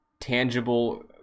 tangible